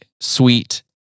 sweet